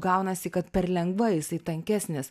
gaunasi kad per lengva jisai tankesnis